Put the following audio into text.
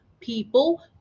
people